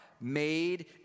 made